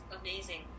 amazing